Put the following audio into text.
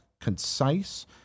concise